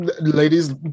ladies